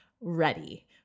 ready